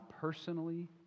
personally